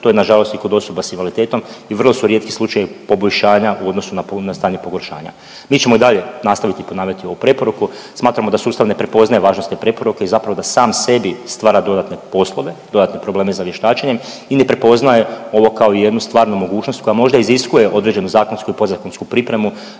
to je nažalost i kod osoba s invaliditetom i vrlo su rijetki slučajevi poboljšanja u odnosu na stanje pogoršanja. Mi ćemo i dalje nastaviti ponavljati ovu preporuku, smatramo da sustav ne prepoznaje važnost te preporuke i zapravo da sam sebi stvara dodatne poslove, dodatne probleme za vještačenjem i ne prepoznaje ovo kao jednu stvarnu mogućnost koja možda iziskuje određenu zakonsku i podzakonsku pripremu